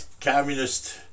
communist